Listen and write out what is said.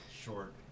short